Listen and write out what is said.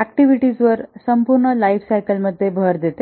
ऍक्टिव्हिटीजांवर संपूर्ण life cycle मध्ये जोर देते